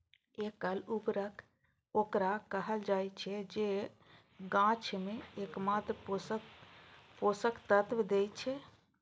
एकल उर्वरक ओकरा कहल जाइ छै, जे गाछ कें एकमात्र पोषक तत्व दै छै